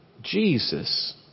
Jesus